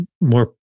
more